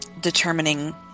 determining